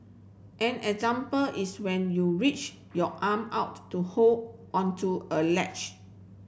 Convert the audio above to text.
an example is when you reach your arm out to hold onto a ledge